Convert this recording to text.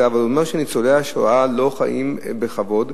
אבל זה אומר שניצולי השואה לא חיים בכבוד,